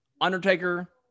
Undertaker